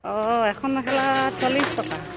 অ এখন মেখেলাত চল্লিছ টকা